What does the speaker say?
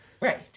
right